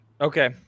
Okay